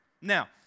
Now